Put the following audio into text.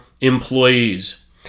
employees